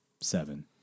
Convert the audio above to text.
seven